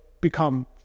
become